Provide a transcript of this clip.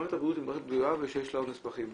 מערכת הבריאות היא מערכת גדולה שיש לה עוד נספחים,